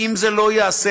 ואם זה לא ייעשה,